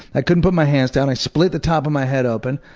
i couldn't put my hands down, i split the top of my head open.